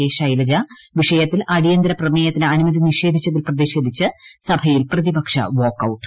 കെശൈലജ വിഷയത്തിൽ അടിയന്തിര പ്രമേയത്തിന് അനുമതി നിഷേധിച്ചതിൽ പ്രതിഷേധിച്ച് സഭയിൽ പ്രതിപക്ഷ വാക്കൌട്ട്